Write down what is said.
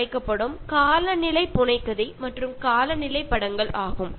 അതായത് കാലാവസ്ഥ നോവലുകളും കാലാവസ്ഥ സിനിമകളും